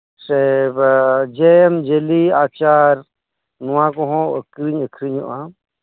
ᱥᱮ ᱡᱮᱢ ᱡᱮᱞᱤ ᱟᱪᱟᱨ ᱱᱚᱣᱟ ᱠᱚᱦᱚᱸ ᱟᱠᱷᱨᱤᱧᱚᱜᱼᱟ